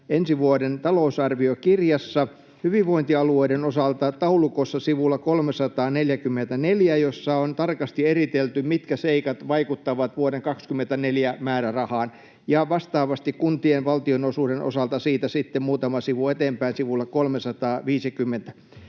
ensi vuoden talousarviokirjassa: hyvinvointialueiden osalta taulukossa sivulla 344, jossa on tarkasti eritelty, mitkä seikat vaikuttavat vuoden 24 määrärahaan, ja vastaavasti kuntien valtionosuuden osalta siitä sitten muutama sivu eteenpäin, sivulla 350.